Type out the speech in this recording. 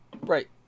Right